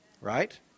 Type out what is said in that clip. Right